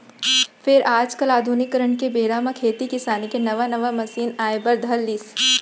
फेर आज काल आधुनिकीकरन के बेरा म खेती किसानी के नवा नवा मसीन आए बर धर लिस